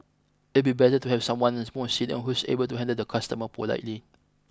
it'll be better to have someone as more senior who's able to handle the customer politely